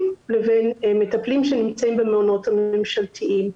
לבין מטפלים שנמצאים במעונות הממשלתיים.